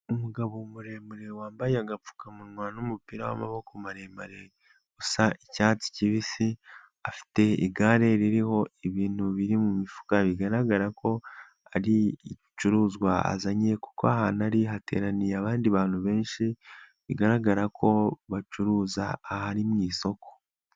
Umugabo muremure wambaye agapfukamunwa n'umupira w'amaboko maremare usa icyatsi kibisi, afite igare ririho ibintu biri mu mifuka bigaragara ko ari ibicuruzwa azanye, kuko ahantu hateraniye abandi bantu benshi bigaragara ko bacuruza, aha ari mu isoko.